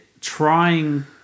trying